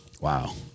Wow